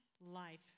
life